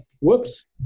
whoops